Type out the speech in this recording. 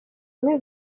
umwe